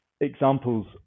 examples